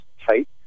tight